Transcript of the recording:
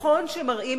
פצועים.